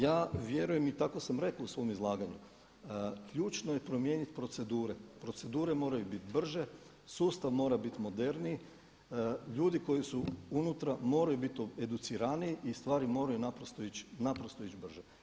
Ja vjerujem i tako sam rekao u svom izlaganju, ključno je promijeniti procedure, procedure moraju biti brže, sustav mora biti moderniji, ljudi koji su unutra moraju biti educiraniji i stvari moraju naprosto ići brže.